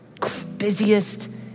busiest